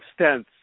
stents